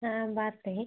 हाँ बात तो है